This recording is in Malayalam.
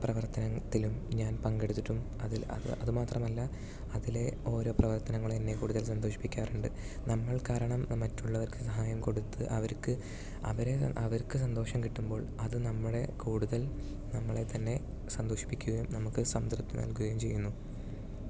പ്രവർത്തനത്തിലും ഞാൻ പങ്കെടുത്തിട്ടും അതിൽ അത് അതുമാത്രമല്ല അതിലെ ഓരോ പ്രവർത്തനങ്ങൾ എന്നെ കൂടുതൽ സന്തോഷിപ്പിക്കാറുണ്ട് നമ്മൾ കാരണം മറ്റുള്ളവർക്ക് സഹായം കൊടുത്ത് അവർക്ക് അവരെ അവർക്ക് സന്തോഷം കിട്ടുമ്പോൾ അത് നമ്മളെ കൂടുതൽ നമ്മളെ തന്നെ സന്തോഷിപ്പിക്കുകയും നമുക്ക് സംതൃപ്തി നൽകുകയും ചെയ്യുന്നു